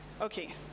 Okay